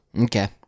Okay